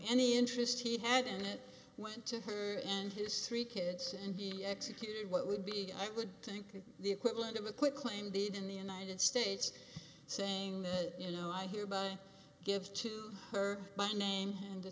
any interest he had in it went to her and his three kids and be executed what would be i would think the equivalent of a quit claim deed in the united states saying that you know i hereby give to her by name and the